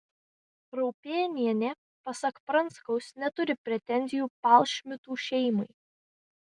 raupėnienė pasak pranskaus neturi pretenzijų palšmitų šeimai